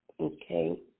Okay